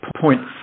point